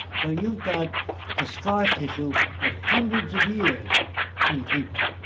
so you've got the scar tissue of hundreds of years in people.